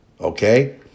Okay